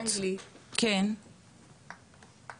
אז תכניסי אותי לאזור האישי,